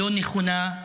לא נכונה.